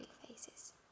faces